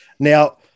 Now